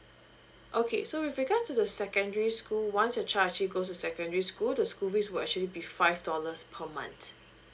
okay so with regards to the secondary school once your child actually goes to secondary school to school fees will actually be five dollars per month